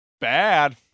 Bad